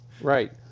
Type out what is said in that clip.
Right